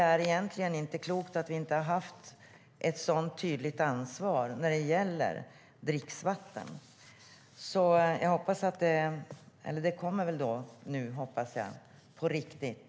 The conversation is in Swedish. Egentligen är det inte klokt att det inte har funnits ett tydligt ansvar när det gäller dricksvatten. Jag hoppas att förslaget kommer nu - på riktigt.